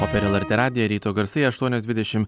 o per lrt radiją ryto garsai aštuonios dvidešim